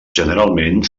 generalment